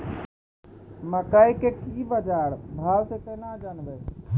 मकई के की बाजार भाव से केना जानवे?